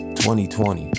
2020